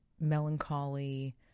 melancholy